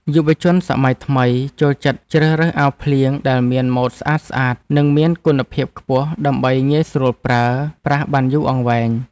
យុវជនសម័យថ្មីចូលចិត្តជ្រើសរើសអាវភ្លៀងដែលមានម៉ូតស្អាតៗនិងមានគុណភាពខ្ពស់ដើម្បីងាយស្រួលប្រើប្រាស់បានយូរអង្វែង។